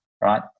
right